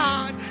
God